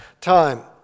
time